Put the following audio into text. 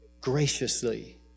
graciously